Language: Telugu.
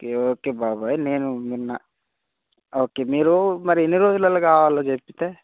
కే ఓకే బాబాయ్ నేను నిన్న ఓకే మీరు మరి ఎన్ని రోజులలో కావాలో చెప్తే